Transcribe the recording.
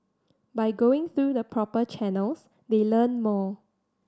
by going through the proper channels they learn more